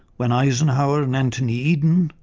when eisenhower and anthony eden,